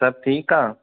सभु ठीकु आहे